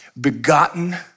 begotten